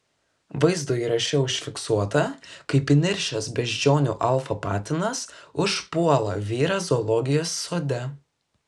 vaizdo įraše užfiksuota kaip įniršęs beždžionių alfa patinas užpuola vyrą zoologijos sode